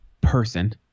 person